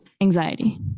anxiety